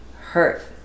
hurt